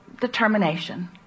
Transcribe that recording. determination